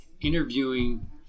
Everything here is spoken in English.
interviewing